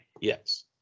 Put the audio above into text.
Yes